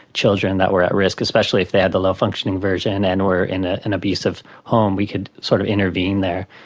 children that were at risk, especially if they had the low functioning version and were in ah an abusive home, we could sort of intervene there.